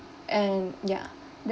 and yeah